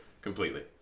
Completely